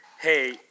hey